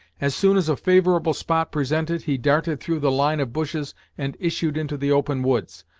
as soon as a favorable spot presented, he darted through the line of bushes and issued into the open woods.